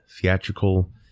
theatrical